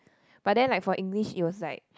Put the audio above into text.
but then like for English it was like